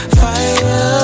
fire